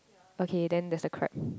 okay then there's a crab